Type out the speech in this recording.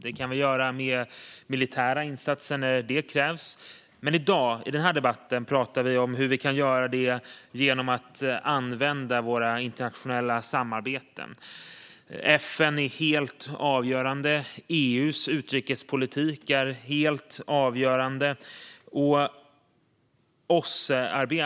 Det kan vi göra med militära insatser när så krävs. I dag, i den här debatten, talar vi dock om hur vi kan göra det genom att använda våra internationella samarbeten. FN är helt avgörande. EU:s utrikespolitik är helt avgörande.